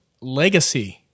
Legacy